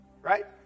right